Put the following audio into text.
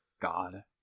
God